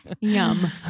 yum